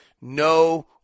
no